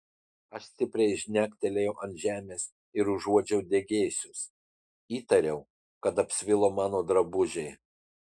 aš stipriai žnektelėjau ant žemės ir užuodžiau degėsius įtariau kad apsvilo mano drabužiai